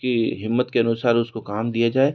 की हिम्मत के अनुसार उसको काम दिया जाए